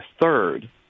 third